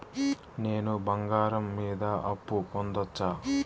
నేను బంగారం మీద అప్పు పొందొచ్చా?